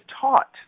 taught